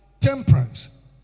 Temperance